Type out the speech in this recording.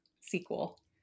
sequel